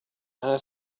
أنا